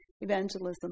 evangelism